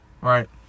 Right